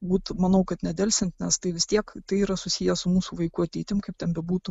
būt manau kad nedelsiant nes tai vis tiek tai yra susiję su mūsų vaikų ateitim kaip ten bebūtų